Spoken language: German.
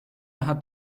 hat